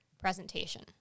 presentation